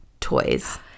toys